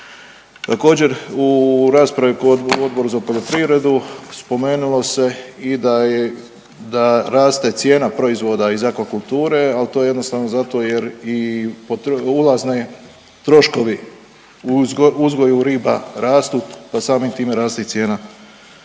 Također, u raspravu kod, u Odboru za poljoprivredu spomenulo se i da je, da raste cijena proizvoda iz akvakulture, ali to je jednostavno zato jer i ulazne troškovi u uzgoju rastu, pa samim time raste i cijena